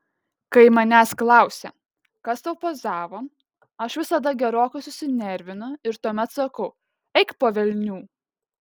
kai manęs klausia kas tau pozavo aš visada gerokai susinervinu ir tuomet sakau eik po velnių